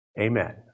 Amen